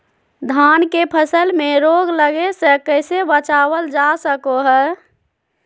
धान के फसल में रोग लगे से कैसे बचाबल जा सको हय?